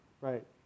right